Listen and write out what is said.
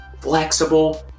flexible